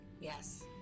Yes